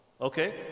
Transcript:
Okay